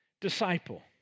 Disciple